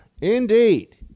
Indeed